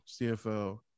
CFL